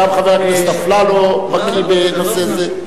גם חבר הכנסת אפללו בקי בנושא זה.